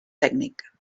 tècnic